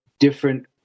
Different